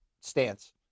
stance